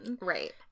Right